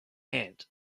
hand